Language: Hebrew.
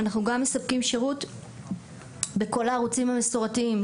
אנחנו גם מספקים שירות בכל הערוצים המסורתיים.